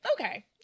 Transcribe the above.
Okay